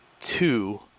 two